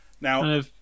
Now